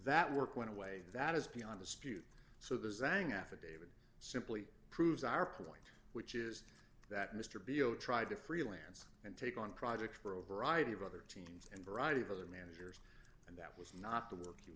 that work went away that is beyond dispute so the zang affidavit simply proves our point which is that mr beale tried to freelance and take on projects for a variety of other teams and variety of other manager that was not the work